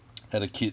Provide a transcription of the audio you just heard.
had a kid